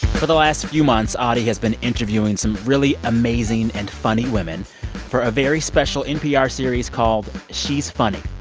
for the last few months, audie has been interviewing some really amazing and funny women for a very special npr series called she's funny.